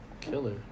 Killer